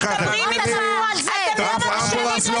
אתם לא מקשיבים ל